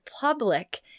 public